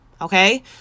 Okay